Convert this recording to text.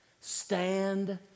Stand